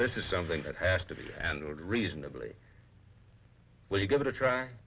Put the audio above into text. this is something that has to be and reasonably well you give it a try